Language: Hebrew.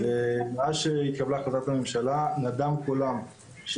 מאז שהתקבלה החלטת הממשלה נדם קולם,